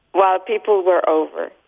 while people were over